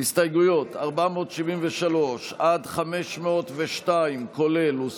הסתייגויות 473 502, כולל, הוסרו.